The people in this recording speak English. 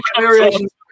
variations